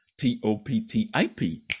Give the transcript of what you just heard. T-O-P-T-I-P